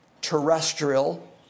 terrestrial